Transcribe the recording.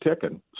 ticking